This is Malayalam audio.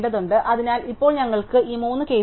അതിനാൽ ഇപ്പോൾ ഞങ്ങൾക്ക് ഈ മൂന്ന് കേസുകളുണ്ട്